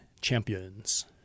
champions